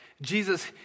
Jesus